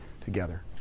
together